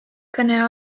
kõne